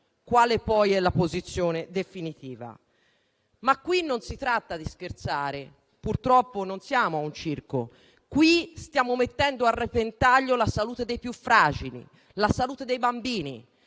quale sia quella definitiva. Qui però non si tratta di scherzare, purtroppo non siamo un circo; qui stiamo mettendo a repentaglio la salute dei più fragili, la salute dei bambini,